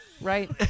Right